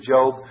Job